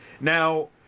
Now